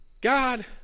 God